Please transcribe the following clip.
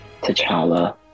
t'challa